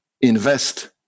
invest